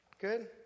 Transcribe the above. Good